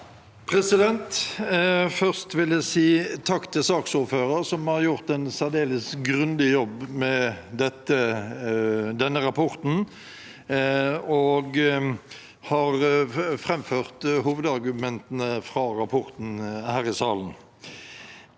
Først vil jeg si takk til saksordføreren, som har gjort en særdeles grundig jobb med denne rapporten, og som har framført hovedargumentene fra rapporten her i salen.